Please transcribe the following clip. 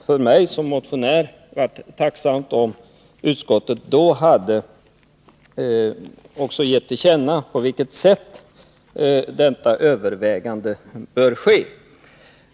För mig som motionär hade det varit tacksamt om utskottet då också hade gett till känna på vilket sätt detta övervägande bör ske.